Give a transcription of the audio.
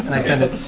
and i send it.